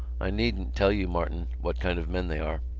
i needn't tell you, martin, what kind of men they are.